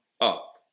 up